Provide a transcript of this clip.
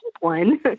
one